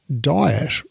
diet